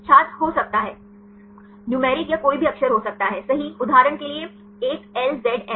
छात्र हो सकता है न्यूमेरिक या कोई भी अक्षर हो सकता है सही उदाहरण के लिए 1LZM